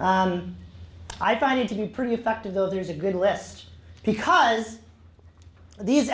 i find it to be pretty effective though there's a good list because these